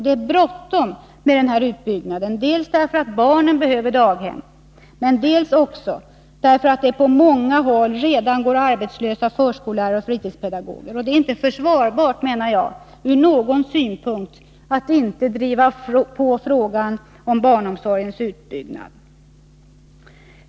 Det är bråttom med denna utbyggnad, dels därför att barnen behöver daghemmen, dels därför att det på många håll redan går arbetslösa förskollärare och fritidspedagoger. Det är inte försvarbart från någon synpunkt att inte driva på i frågan om barnomsorgens utbyggnad.